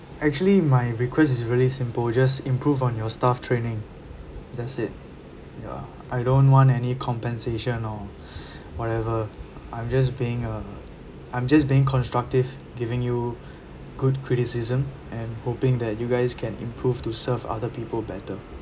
actually my request is really simple just improve on your staff training that's it ya I don't want any compensation or whatever I'm just being a I'm just being constructive giving you good criticism and hoping that you guys can improve to serve other people better